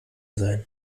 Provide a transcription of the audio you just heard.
sein